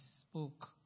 spoke